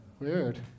weird